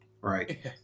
right